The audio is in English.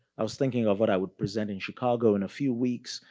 i was thinking of what i would present in chicago in a few weeks.